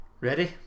Ready